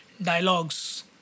Dialogues